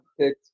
picked